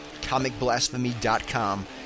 ComicBlasphemy.com